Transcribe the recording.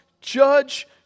judge